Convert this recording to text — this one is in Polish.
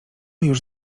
już